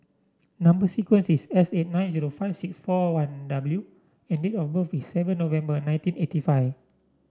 number sequence is S eight nine zero five six four one W and date of birth is seven November nineteen eighty five